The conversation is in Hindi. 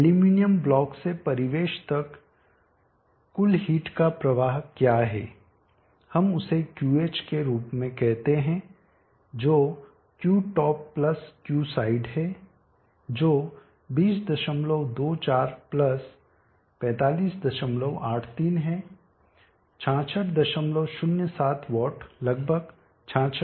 तो एल्यूमीनियम ब्लॉक से परिवेश तक कुल हीट का प्रवाह क्या है हम उसे QH के रूप में कहते हैं जो Qtop प्लस Qside है जो 2024 प्लस 4583 है 6607 वाट लगभग 66 वाट है